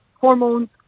hormones